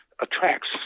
attracts